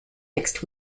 next